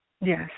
Yes